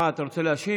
מה, אתה רוצה להשיב